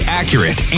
accurate